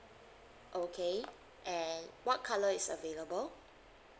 okay and what colour is available